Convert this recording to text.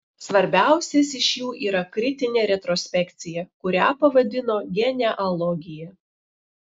svarbiausias iš jų yra kritinė retrospekcija kurią pavadino genealogija